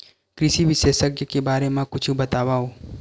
कृषि विशेषज्ञ के बारे मा कुछु बतावव?